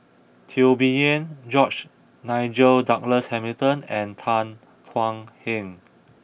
Teo Bee Yen George Nigel Douglas Hamilton and Tan Thuan Heng